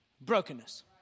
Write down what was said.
brokenness